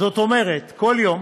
כלומר כל יום